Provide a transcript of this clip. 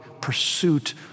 pursuit